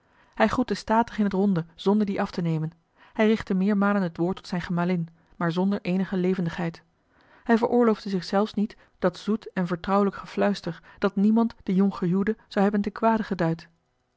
hij groette statig in t ronde zonder dien af te nemen hij richtte meermalen het woord tot zijne gemalin maar zonder eenige levendigheid hij veroorloofde zich zelfs niet dat zoet en vertrouwelijk gefluister dat niemand den jonggehuwde zou hebben ten kwade